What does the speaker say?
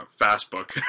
fastbook